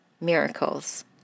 miracles